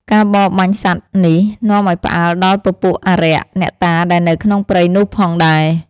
ការបរបាញ់សត្វនេះនាំឱ្យផ្អើលដល់ពពួកអារក្ស អ្នកតាដែលនៅក្នុងព្រៃនោះផងដែរ។